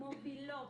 מובילות,